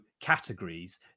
categories